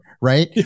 Right